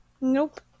Nope